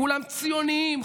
כולם ציונים,